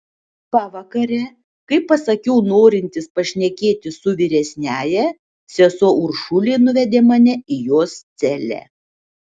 pavakare kai pasakiau norintis pašnekėti su vyresniąja sesuo uršulė nuvedė mane į jos celę